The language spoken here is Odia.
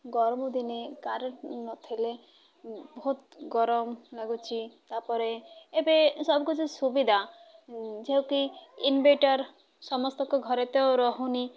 ଗରମ ଦିନେ କରେଣ୍ଟ ନଥିଲେ ବହୁତ ଗରମ ଲାଗୁଛିି ତାପରେ ଏବେ ସବୁକଛି ସୁବିଧା ଯେଉଁକି ଇନଭଟର ସମସ୍ତଙ୍କ ଘରେ ତ ରହୁନି